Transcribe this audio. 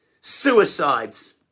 suicides